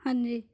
ਹਾਂਜੀ